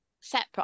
separate